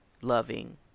loving